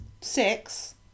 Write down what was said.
six